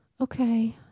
okay